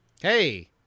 Hey